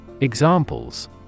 Examples